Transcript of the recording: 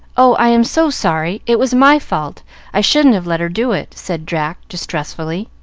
oh, i am so sorry! it was my fault i shouldn't have let her do it, said jack, distressfully.